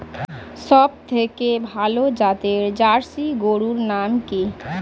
সবথেকে ভালো জাতের জার্সি গরুর নাম কি?